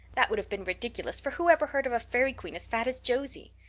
that would have been ridiculous, for who ever heard of a fairy queen as fat as josie?